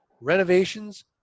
renovations